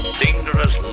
dangerous